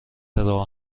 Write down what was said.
راه